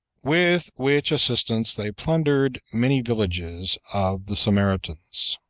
with which assistance they plundered many villages of the samaritans.